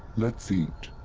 let's eat!